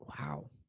Wow